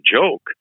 joke